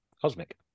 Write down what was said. Cosmic